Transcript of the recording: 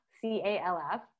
C-A-L-F